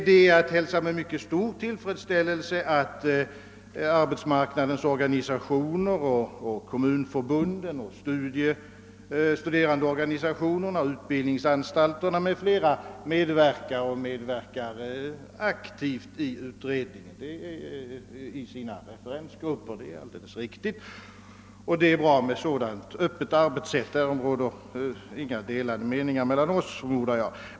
Det är att hälsa med mycket stor tillfredsställelse att arbetsmarknadens organisationer, kommunförbunden, studerandeorganisationerna, utbildningsanstalterna = m.fl. medverkar och medverkar aktivt i utredningen genom referensgrupperna. Att det är bra med ett sådant öppet arbetssätt råder det inga delade meningar om oss emellan, förmodar jag.